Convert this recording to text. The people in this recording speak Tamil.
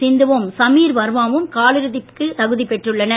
சிந்துவும் சமீர் வர்மாவும் காலிறுதிக்கு தகுதிப் பெற்றுள்ளனர்